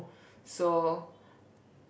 so